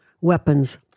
weapons